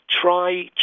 try